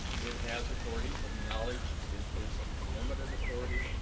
it has authority acknowledged, it is limited authority,